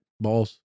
balls